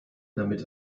damit